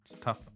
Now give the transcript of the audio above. tough